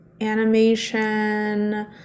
animation